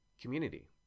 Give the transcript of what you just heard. community